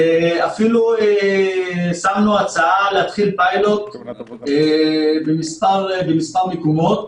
ואפילו שמנו הצעה להתחיל פיילוט בכמה מקומות,